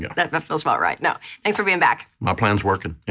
yeah that but feels about right, no. thanks for being back. my plan's working.